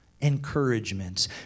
encouragements